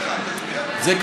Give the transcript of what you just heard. מה זה קשור?